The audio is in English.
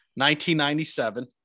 1997